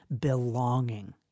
belonging